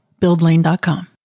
Buildlane.com